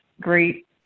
great